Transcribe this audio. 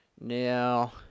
Now